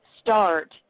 start